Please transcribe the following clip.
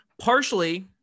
partially